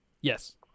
Yes